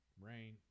Rain